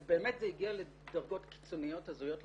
אז באמת זה הגיע לדרגות קיצוניות הזויות לחלוטין,